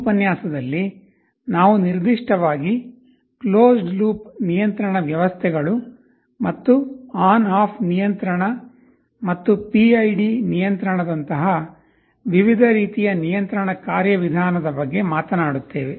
ಈ ಉಪನ್ಯಾಸದಲ್ಲಿ ನಾವು ನಿರ್ದಿಷ್ಟವಾಗಿ ಕ್ಲೋಸ್ಡ್ ಲೂಪ್ ನಿಯಂತ್ರಣ ವ್ಯವಸ್ಥೆಗಳು ಮತ್ತು ಆನ್ ಆಫ್ ನಿಯಂತ್ರಣ ಮತ್ತು PID ನಿಯಂತ್ರಣದಂತಹ ವಿವಿಧ ರೀತಿಯ ನಿಯಂತ್ರಣ ಕಾರ್ಯವಿಧಾನದ ಬಗ್ಗೆ ಮಾತನಾಡುತ್ತೇವೆ